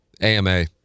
ama